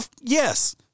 Yes